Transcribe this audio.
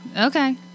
Okay